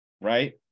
right